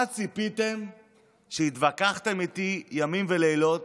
למה ציפיתם כשהתווכחתם איתי ימים ולילות